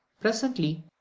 presently